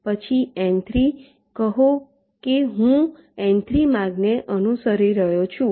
પછી N3 કહો કે હું N3 માર્ગને અનુસરી રહ્યો છું